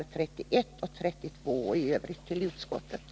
Detta gäller både betänkande 31 och betänkande 32.